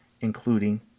including